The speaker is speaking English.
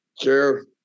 Sure